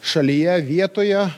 šalyje vietoje